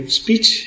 speech